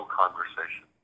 conversation